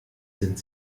sind